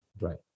right